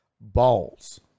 balls